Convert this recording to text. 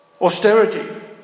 Austerity